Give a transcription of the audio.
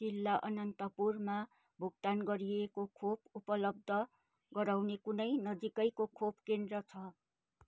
जिल्ला अनन्तपुरमा भुक्तान गरिएको खोप उपलब्ध गराउने कुनै नजिकैको खोप केन्द्र छ